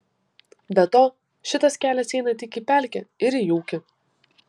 be to šitas kelias eina tik į pelkę ir į ūkį